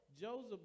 Joseph